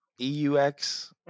E-U-X